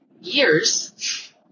years